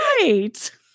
Right